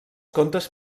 contes